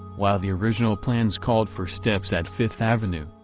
while the original plans called for steps at fifth avenue,